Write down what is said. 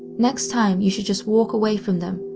next time you should just walk away from them,